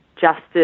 Justice